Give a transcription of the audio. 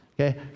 Okay